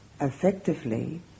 effectively